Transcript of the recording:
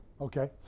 Okay